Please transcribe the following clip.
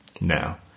now